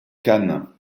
cannes